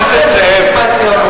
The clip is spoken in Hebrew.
תודה.